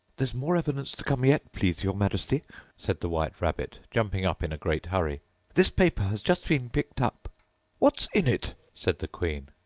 there's more evidence to come yet, please your majesty said the white rabbit, jumping up in a great hurry this paper has just been picked up what's in it said the queen.